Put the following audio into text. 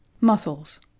Muscles